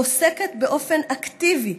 עוסקת באופן אקטיבי